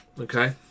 Okay